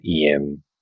EM